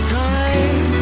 time